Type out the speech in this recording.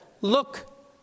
look